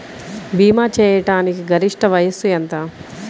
భీమా చేయాటానికి గరిష్ట వయస్సు ఎంత?